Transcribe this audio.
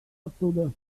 оттуда